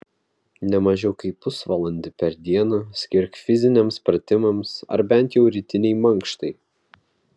ne mažiau kaip pusvalandį per dieną skirk fiziniams pratimams ar bent jau rytinei mankštai